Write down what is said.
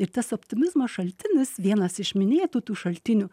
ir tas optimizmo šaltinis vienas iš minėtų tų šaltinių